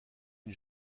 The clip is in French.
une